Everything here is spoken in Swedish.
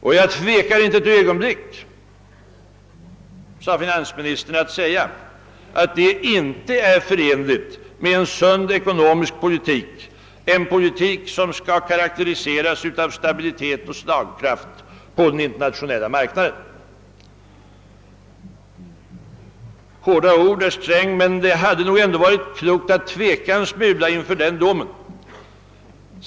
»Och jag tvekar inte ett ögonblick att säga», fortsatte han, »att det inte är förenligt med en sund ekonomisk politik, en politik som skall karakteriseras utav stabilitet och slagkraft på den internationella marknaden.» Hårda ord, herr Sträng, men det hade nog ändå varit klokt att tveka en smula inför den domen.